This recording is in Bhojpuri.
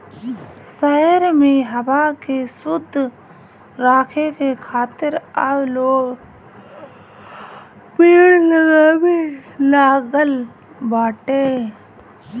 शहर में हवा के शुद्ध राखे खातिर अब लोग पेड़ लगावे लागल बाटे